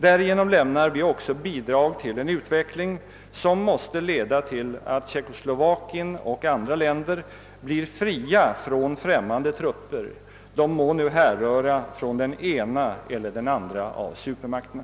Därigenom lämnar vi också bidrag till en utveckling som måste leda till att Tjeckoslovakien och andra länder blir fria från främmande trupper, de må nu'här-. röra från den ena eller den andra. av supermakterna.